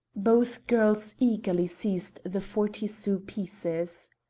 both girls eagerly seized the forty-sous pieces.